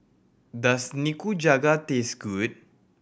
does Nikujaga taste good